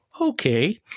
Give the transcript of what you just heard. okay